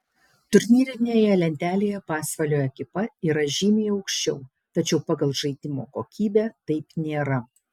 turnyrinėje lentelėje pasvalio ekipa yra žymiai aukščiau tačiau pagal žaidimo kokybę taip nėra